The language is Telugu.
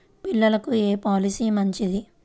పిల్లలకు ఏ పొలసీ మంచిది?